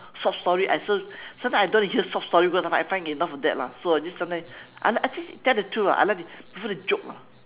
short story I also sometimes I don't want to hear short story because I find enough of that lah so I just sometimes I actually tell the truth ah I like prefer to joke lah